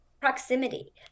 proximity